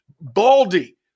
Baldy